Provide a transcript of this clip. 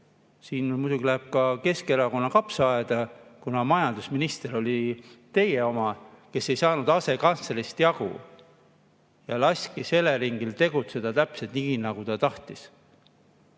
See muidugi läheb ka Keskerakonna kapsaaeda, kuna majandusminister oli nende oma. Ta ei saanud asekantslerist jagu ja laskis Eleringil tegutseda täpselt nii, nagu ta tahtis.